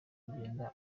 kugenda